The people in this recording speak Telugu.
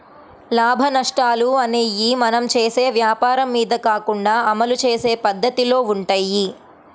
లాభనష్టాలు అనేయ్యి మనం చేసే వ్వాపారం మీద కాకుండా అమలు చేసే పద్దతిలో వుంటయ్యి